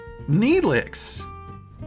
Neelix